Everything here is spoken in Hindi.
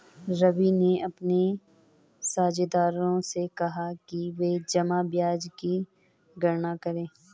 रवि ने अपने साझेदारों से कहा कि वे जमा ब्याज की गणना करें